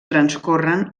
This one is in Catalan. transcorren